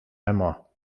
hammer